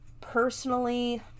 personally